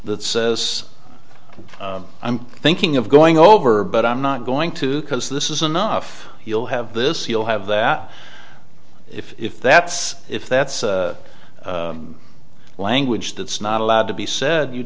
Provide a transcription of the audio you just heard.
that says i'm thinking of going over but i'm not going to because this is enough you'll have this you'll have that if that's if that's language that's not allowed to be said you